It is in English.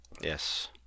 Yes